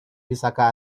bisakah